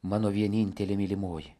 mano vienintelė mylimoji